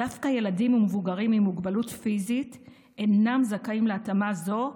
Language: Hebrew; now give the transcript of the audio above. דווקא ילדים ומבוגרים עם מוגבלות פיזית אינם זכאים להתאמה זו,